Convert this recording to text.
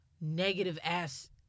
negative-ass